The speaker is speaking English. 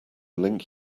link